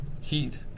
Heat